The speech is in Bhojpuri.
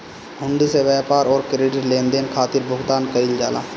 हुंडी से व्यापार अउरी क्रेडिट लेनदेन खातिर भुगतान कईल जाला